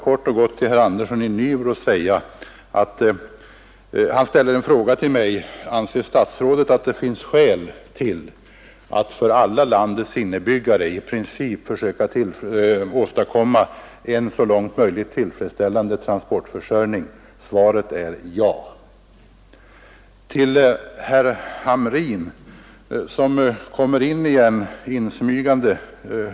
Herr Andersson i Nybro frågade mig, om jag anser att det finns skäl att i princip försöka åstadkomma en så långt som möjligt tillfredsställande transportförsörjning för alla landets innebyggare. Låt mig kort och gott säga att svaret är ja.